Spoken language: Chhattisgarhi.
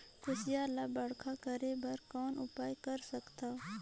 कुसियार ल बड़खा करे बर कौन उपाय कर सकथव?